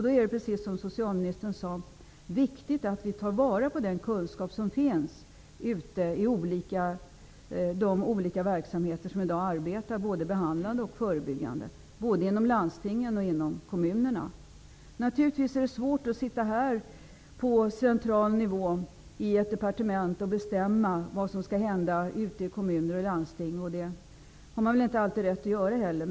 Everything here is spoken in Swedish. Då är det, precis som socialministern sade, viktigt att vi tar vara på den kunskap som finns i de olika verksamheter som i dag arbetar behandlande och förebyggande både inom landstingen och inom kommunerna. Naturligtvis är det svårt att sitta på central nivå i ett departement och bestämma vad som skall hända ute i kommuner och landsting. Det har man väl inte alltid rätt att göra heller.